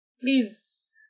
Please